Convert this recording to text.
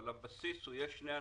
אבל הבסיס כולל שני ענפים: